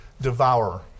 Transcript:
devour